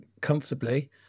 comfortably